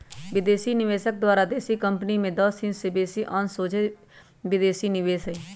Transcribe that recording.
विदेशी निवेशक द्वारा देशी कंपनी में दस हिस् से बेशी अंश सोझे विदेशी निवेश हइ